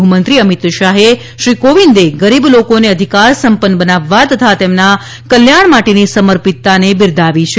ગૃહમંત્રી અમિત શાહે શ્રી કોવિંદે ગરીબ લોકોને અધિકાર સંપન્ન બનાવવા તથા તેમના કલ્યાણ માટેની સમર્પિતતાને બિરદાવી છે